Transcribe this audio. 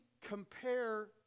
compare